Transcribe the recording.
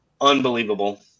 unbelievable